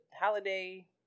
Holiday